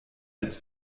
als